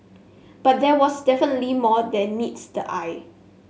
but there was definitely more than meets the eye